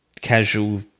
casual